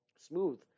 Smooth